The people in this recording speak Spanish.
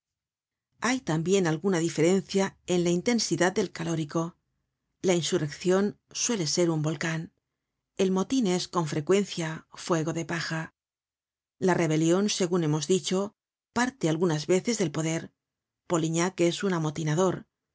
hay tambien alguna diferencia en la intensidad del calórico la insurreccion suele ser un volcan el motin es con frecuencia fuego de paja la rebelion segun hemos dicho parte algunas veces del poder polignac es un amotinador